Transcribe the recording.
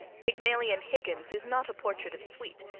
pygmalion higgins is not a portrait of sweet,